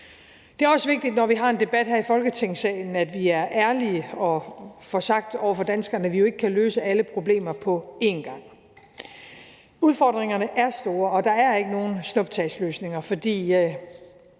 Det er også vigtigt, når vi har en debat her i Folketingssalen, at vi er ærlige og får sagt til danskerne, at vi jo ikke kan løse alle problemer på én gang. Udfordringerne er store, og der er ikke nogen snuptagsløsninger, for